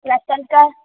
ration card